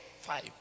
five